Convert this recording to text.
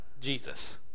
Jesus